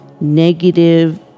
negative